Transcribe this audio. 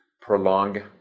prolong